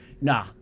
Nah